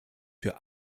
für